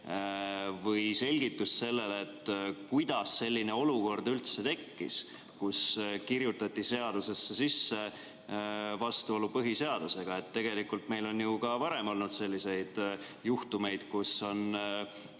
või selgitust sellele, kuidas selline olukord üldse tekkis, kus kirjutati seadusesse sisse vastuolu põhiseadusega. Tegelikult meil on ju ka varem olnud selliseid juhtumeid, kus on